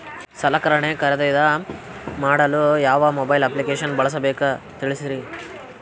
ಸಲಕರಣೆ ಖರದಿದ ಮಾಡಲು ಯಾವ ಮೊಬೈಲ್ ಅಪ್ಲಿಕೇಶನ್ ಬಳಸಬೇಕ ತಿಲ್ಸರಿ?